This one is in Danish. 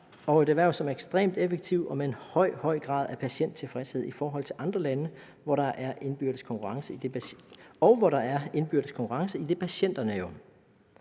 og et erhverv, som er ekstremt effektivt og med en høj, høj grad af patienttilfredshed i forhold til andre lande, og hvor der er indbyrdes konkurrence, idet patienterne